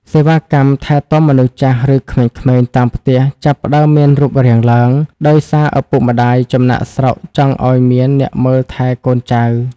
សេវាកម្ម "ថែទាំមនុស្សចាស់" ឬក្មេងៗតាមផ្ទះ ចាប់ផ្ដើមមានរូបរាងឡើង ដោយសារឪពុកម្ដាយចំណាកស្រុកចង់ឱ្យមានអ្នកមើលថែកូនចៅ។